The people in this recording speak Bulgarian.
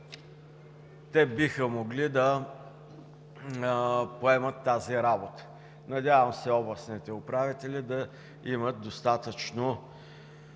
те биха могли да поемат тази работа. Надявам се областните управители да имат достатъчно